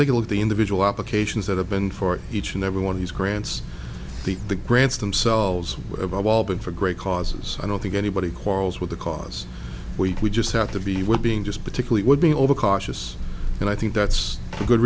look at all of the individual applications that have been for each and every one of these grants the the grants themselves above all been for great causes i don't think anybody quarrels with the cause we just have to be well being just particularly would be overcautious and i think that's a good